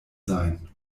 sein